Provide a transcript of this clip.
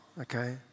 okay